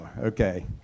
okay